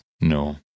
No